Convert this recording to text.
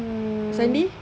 mm